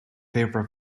favour